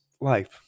life